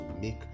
make